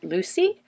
Lucy